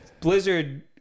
Blizzard